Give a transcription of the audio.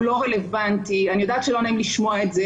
הוא לא רלוונטי ואני יודעת שזה לא נעים לשמוע את זה.